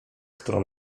którą